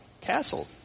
castle